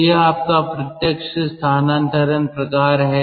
तो यह आपका अप्रत्यक्ष स्थानांतरण प्रकार है